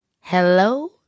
Hello